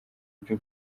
ibyo